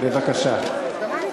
בבקשה.